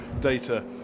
data